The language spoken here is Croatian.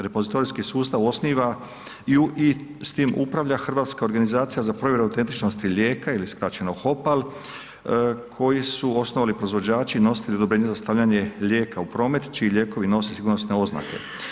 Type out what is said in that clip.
Repozitorijski sustav osniva i s tim upravlja Hrvatska organizacija za provjeru autentičnosti lijeka ili skraćeno HOPAL koju su osnivali proizvođači i nositelji odobrenja za stavljanje lijeka u promet čiji lijekovi nose sigurnosne oznake.